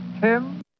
Tim